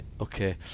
Okay